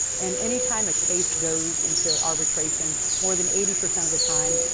and any time a case goes into arbitration, more than eighty percent of the time,